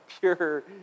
pure